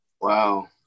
Wow